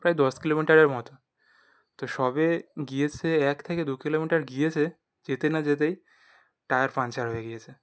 প্রায় দশ কিলোমিটারের মতো তো সবে গিয়েছে এক থেকে দু কিলোমিটার গিয়েছে যেতে না যেতেই টায়ার পাঙ্কচার হয়ে গিয়েছে